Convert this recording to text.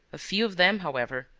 a few of them, however,